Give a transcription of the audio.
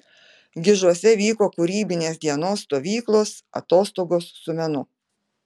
gižuose vyko kūrybinės dienos stovyklos atostogos su menu